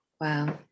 Wow